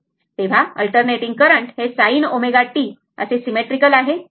तर alternating current हे sin ω t symmetrical आहे बरोबर